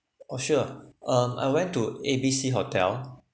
oh sure um I went to A_B_C hotel